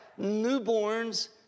newborns